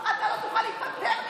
פה, אתה לא תוכל להיפטר ממני.